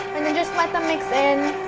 and then just let them mix in